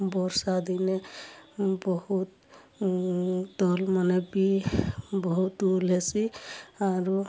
ବର୍ଷା ଦିନେ ଉଁ ବହୁତ୍ ତଲ୍ ମାନେ ବି ବହୁତ୍ ଉଲ୍ ହେସି ଆରୁ